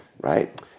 right